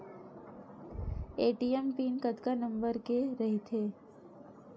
ATM pin कतका number के रही थे?